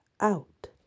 out